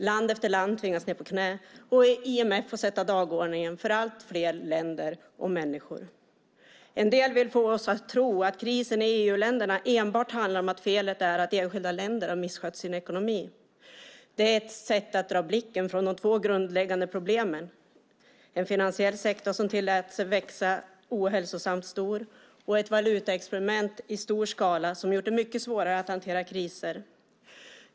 Land efter land tvingas ned på knä, och IMF får sätta dagordningen för allt fler länder och människor. En del vill få oss att tro att krisen i EU-länderna enbart handlar om att enskilda länder har misskött sin ekonomi. Det är ett sätt att dra blicken från de två grundläggande problemen - en finansiell sektor som tillåtits bli ohälsosamt stor och ett valutaexperiment i stor skala som gjort det mycket svårare att hantera kriser.